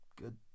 good